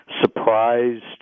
surprised